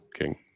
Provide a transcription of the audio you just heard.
king